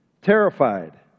terrified